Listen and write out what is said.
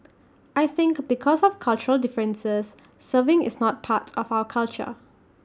I think because of cultural differences serving is not part of our culture